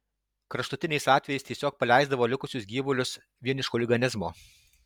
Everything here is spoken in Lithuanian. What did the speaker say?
kraštutiniais atvejais tiesiog paleisdavo likusius gyvulius vien iš chuliganizmo